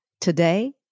today